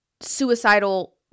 suicidal